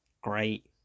Great